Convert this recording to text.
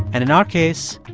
and in our case,